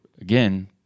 again